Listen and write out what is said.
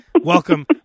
Welcome